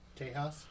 Tejas